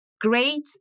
great